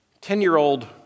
Ten-year-old